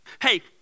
Hey